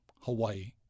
Hawaii